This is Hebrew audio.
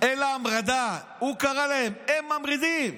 אלא המרדה" הוא קרא להם, הם ממרידים.